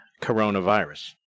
coronavirus